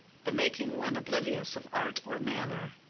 the making one oblivious of art or manner,